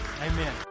Amen